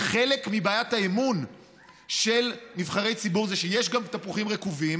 וחלק מבעיית האמון של נבחרי ציבור זה שיש גם תפוחים רקובים,